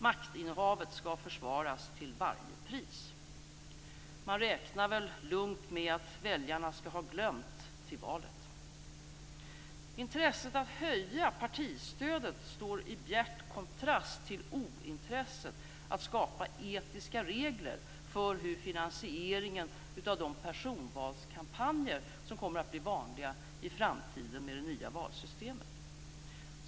Maktinnehavet skall försvaras till varje pris. Man räknar väl lugnt med att väljarna skall ha glömt till valet. Intresset att höja partistödet står i bjärt kontrast till ointresset att skapa etiska regler för hur finansieringen av de personvalskampanjer som kommer att bli vanliga i framtiden med det nya valsystemet sker.